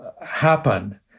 happen